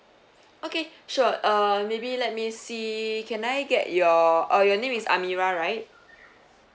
okay sure err maybe let me see can I get your uh your name is amirah right